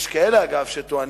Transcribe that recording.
אגב, יש כאלה שטוענים,